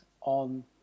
on